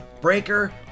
Breaker